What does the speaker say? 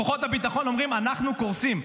כוחות הביטחון אומרים: אנחנו קורסים.